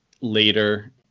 later